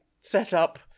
setup